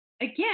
again